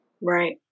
Right